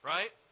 Right